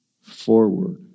forward